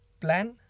Plan